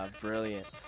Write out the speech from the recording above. Brilliant